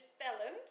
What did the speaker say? felon